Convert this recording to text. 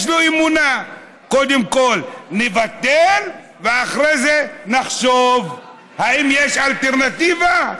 יש לו אמונה: קודם כול נבטל ואחרי זה נחשוב אם יש אלטרנטיבה.